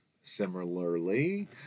Similarly